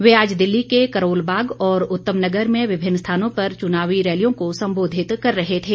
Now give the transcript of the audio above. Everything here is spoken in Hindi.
वे आज दिल्ली के करोल बाग और उत्तम नगर में विभिन्न स्थानों पर चुनावी रैलियों को सम्बोधित कर रहे थे